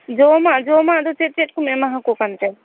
ᱡᱚᱢᱟᱜ ᱡᱚᱢᱟᱜ ᱫᱚ ᱪᱮᱫ ᱪᱮᱫ ᱠᱚᱢ ᱮᱢᱟ ᱟᱠᱚ ᱠᱟᱱᱛᱮ